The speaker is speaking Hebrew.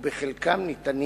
ובחלקם ניתנים